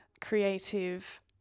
creative